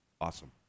awesome